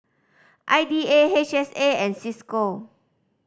I D A H S A and Cisco